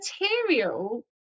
material